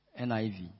NIV